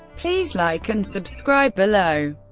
please like and subscribe below.